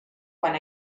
quan